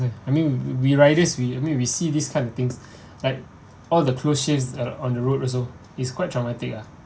I mean we we riders we I mean we see this kind of things like all the close shaves uh on the road also is quite traumatic ah